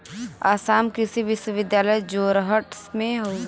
आसाम कृषि विश्वविद्यालय जोरहट में हउवे